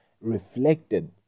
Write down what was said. reflected